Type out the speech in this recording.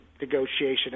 negotiation